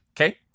Okay